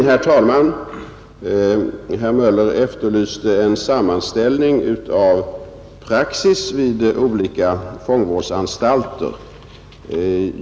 Herr talman! Herr Möller i Göteborg efterlyste en sammanställning av praxis vid olika fångvårdsanstalter.